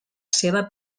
seva